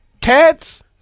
Cats